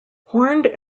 horned